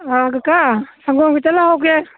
ꯀꯀꯥ ꯁꯪꯒꯣꯝ ꯈꯤꯇ ꯂꯍꯧꯒꯦ